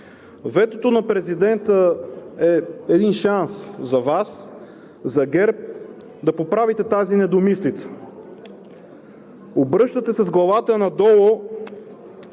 Ветото на президента е един шанс за Вас – за ГЕРБ, да поправите тази недомислица – обръщате с главата надолу